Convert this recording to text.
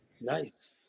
nice